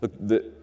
Look